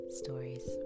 stories